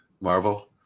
Marvel